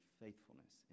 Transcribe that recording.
faithfulness